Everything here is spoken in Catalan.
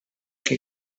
que